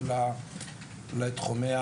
למה צריך לעשות את המבחן רק בעברית.